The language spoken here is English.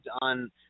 on